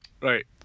Right